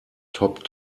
top